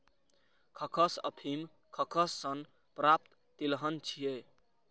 खसखस अफीम खसखस सं प्राप्त तिलहन छियै